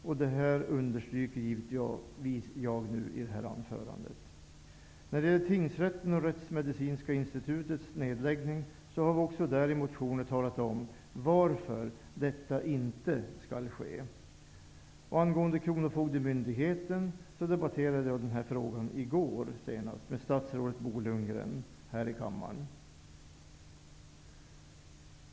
Jag vill understryka detta i mitt anförande. När det gäller nedläggning av tingsrätten och Rättsmedicinska institutet, har vi i motioner talat om varför detta inte skall ske. Senast i går debatterade jag kronofogdemyndigheten med statsrådet Bo Lundgren här i kammaren.